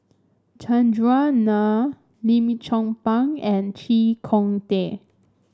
Chandran Nair Lim Chong Pang and Chee Kong Tet